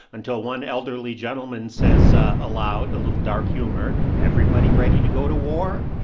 until one elderly gentleman says ah aloud a little dark humor everybody ready to go to war?